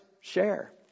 share